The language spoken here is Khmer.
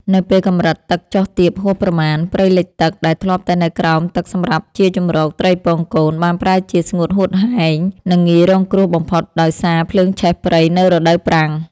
នៅពេលកម្រិតទឹកចុះទាបហួសប្រមាណ ព្រៃលិចទឹកដែលធ្លាប់តែនៅក្រោមទឹកសម្រាប់ជាជម្រកត្រីពងកូន បានប្រែជាស្ងួតហួតហែង និងងាយរងគ្រោះបំផុតដោយសារភ្លើងឆេះព្រៃនៅរដូវប្រាំង។